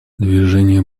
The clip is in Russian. движение